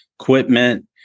equipment